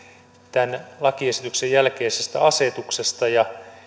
tämän lakiesityksen jälkeisestä asetuksesta ja